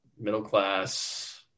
middle-class